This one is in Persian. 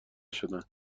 شدند